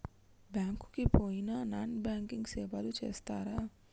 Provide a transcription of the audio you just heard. Bank కి పోయిన non banking సేవలు చేస్తరా?